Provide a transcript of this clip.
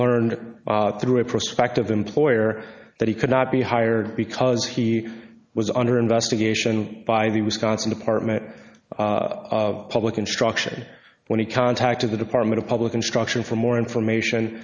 learned through a prospective employer that he could not be hired because he was under investigation by the wisconsin department public instruction when he contacted the department of public instruction for more information